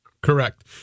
Correct